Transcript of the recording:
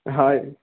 हा आहे